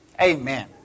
Amen